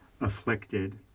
afflicted